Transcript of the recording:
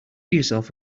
yourself